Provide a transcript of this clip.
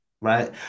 right